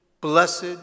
blessed